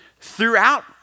throughout